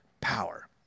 power